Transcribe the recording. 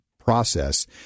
Process